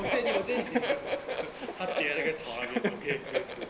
我见你的见他爹那个草案没有 okay 故事